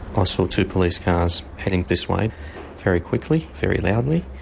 i saw two police cars heading this way very quickly, very loudly,